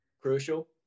Crucial